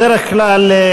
בדרך כלל,